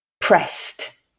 Pressed